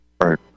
right